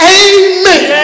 amen